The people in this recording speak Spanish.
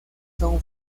son